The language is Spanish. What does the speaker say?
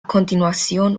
continuación